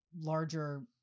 larger